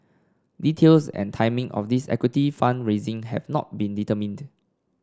details and timing of this equity fund raising have not been determined